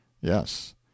Yes